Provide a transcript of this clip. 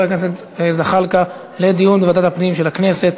הכנסת זחאלקה לוועדת הפנים של הכנסת.